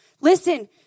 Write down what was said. Listen